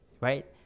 right